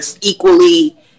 equally